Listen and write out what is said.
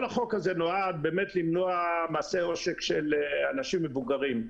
כל החוק הזה נועד למנוע מעשה עושק של אנשים מבוגרים.